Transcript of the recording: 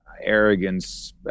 arrogance